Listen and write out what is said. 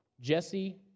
Jesse